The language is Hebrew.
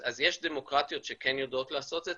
אז יש דמוקרטיות שכן יודעות לעשות את זה,